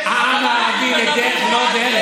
את העם הערבי לדרך לא דרך.